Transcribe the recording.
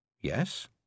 Yes